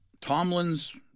Tomlin's